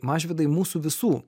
mažvydai mūsų visų